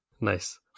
Nice